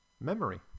memory